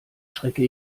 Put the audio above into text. schrecke